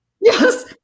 Yes